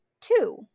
two